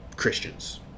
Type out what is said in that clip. christians